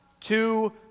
two